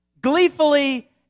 gleefully